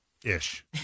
Ish